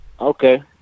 Okay